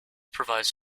provides